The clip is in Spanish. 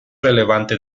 relevante